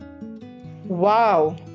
Wow